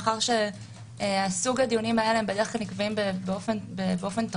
מאחר שסוג הדיונים האלה נקבעים בדרך כלל באופן תכוף.